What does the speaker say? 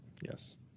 yes